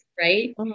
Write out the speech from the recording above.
right